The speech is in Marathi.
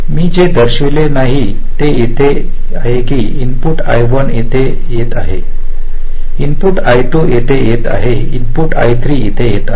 मी जे दर्शविलेले नाही ते येथे आहे की इनपुट I1 येथे येत आहे इनपुट आय 2 येथे येत आहे इनपुट आय 3 येत आहे